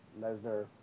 Lesnar